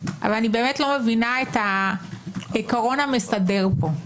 אבל אני באמת לא מבינה את העיקרון המסדר פה.